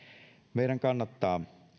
meidän kannattaa